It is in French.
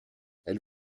elle